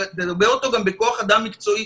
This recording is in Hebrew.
לתגבר אותו גם בכוח אדם מקצועי,